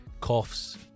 coughs